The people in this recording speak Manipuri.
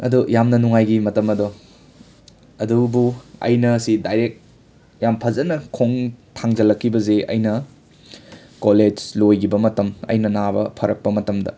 ꯑꯗꯣ ꯌꯥꯝꯅ ꯅꯨꯡꯉꯥꯏꯒꯤ ꯃꯇꯝ ꯑꯗꯣ ꯑꯗꯨꯕꯨ ꯑꯩꯅ ꯁꯤ ꯗꯥꯏꯔꯦꯛ ꯌꯥꯝ ꯐꯖꯅ ꯈꯣꯡ ꯊꯥꯡꯖꯜꯂꯛꯈꯤꯕꯖꯦ ꯑꯩꯅ ꯀꯣꯂꯦꯖ ꯂꯣꯏꯒꯤꯕ ꯃꯇꯝ ꯑꯩꯅ ꯅꯥꯕ ꯐꯔꯛꯄ ꯃꯇꯝꯗ